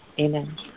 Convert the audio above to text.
Amen